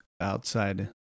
outside